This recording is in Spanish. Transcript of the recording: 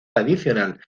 adicional